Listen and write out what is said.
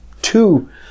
two